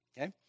Okay